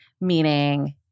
Meaning